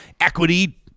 equity